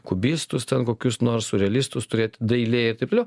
kubistus ten kokius nors surealistus turėt dailėj ir taip toliau